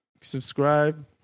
Subscribe